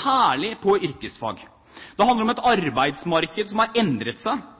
særlig i yrkesfag. Det handler om et